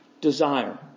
desire